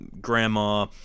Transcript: grandma